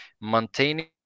maintaining